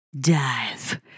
Dive